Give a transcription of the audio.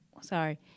Sorry